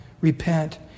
Repent